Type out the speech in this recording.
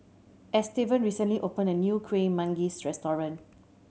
Estevan recently opened a new Kuih Manggis restaurant